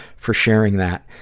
for sharing that.